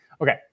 okay